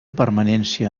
permanència